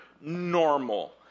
normal